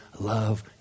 Love